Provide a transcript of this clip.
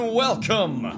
welcome